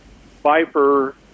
Viper